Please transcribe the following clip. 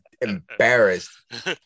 embarrassed